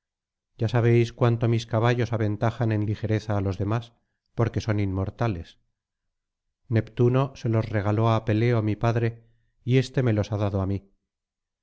ya sabéis cuánto mis caballos aventajan en ligereza á los demás porque son inmortales neptuno se los regaló á peleo mi padre y éste me los ha dado á mí